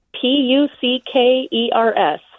P-U-C-K-E-R-S